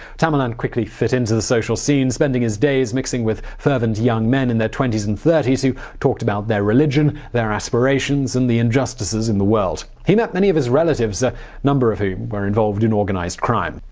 tamerlan quickly fit into the social scene, spending his days mixing with fervent young men in their twenties and thirties who talked about their religion, their aspirations and the injustices in the world. he met many of his relatives, a number of who were involved in organized crime.